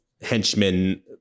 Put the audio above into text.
henchmen